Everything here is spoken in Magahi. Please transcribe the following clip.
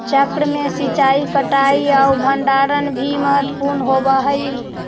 चक्र में सिंचाई, कटाई आउ भण्डारण भी महत्त्वपूर्ण होवऽ हइ